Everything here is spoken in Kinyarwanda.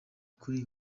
kuri